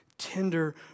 tender